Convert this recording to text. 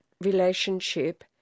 relationship